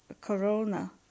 corona